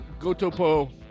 Gotopo